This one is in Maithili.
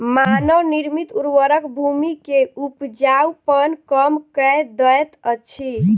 मानव निर्मित उर्वरक भूमि के उपजाऊपन कम कअ दैत अछि